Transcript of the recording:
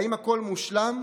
האם הכול מושלם?